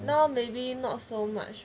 now maybe not so much